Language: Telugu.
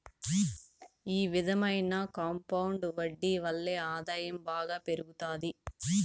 ఈ విధమైన కాంపౌండ్ వడ్డీ వల్లే ఆదాయం బాగా పెరుగుతాది